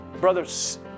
Brothers